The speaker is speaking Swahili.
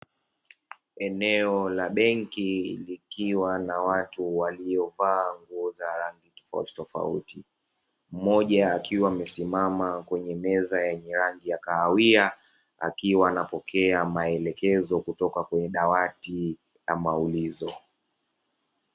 Eneo la benki likiwa na watu waliovaa nguo za rangi tofautitofauti, mmoja akiwa amesimama kwenye meza yenye rangi ya kahawia, akiwa anapokea maelekezo kutoka kwenye dawati la maulizo.